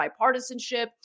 bipartisanship